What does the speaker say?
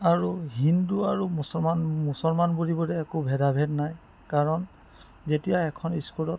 আৰু হিন্দু আৰু মুছলমান মুছলমান বুলিবলৈ একো ভেদাভেদ নাই কাৰণ যেতিয়া এখন স্কুলত